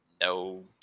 no